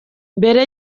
mbere